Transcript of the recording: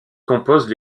composent